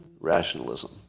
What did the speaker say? rationalism